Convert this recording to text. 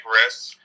risks